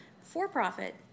for-profit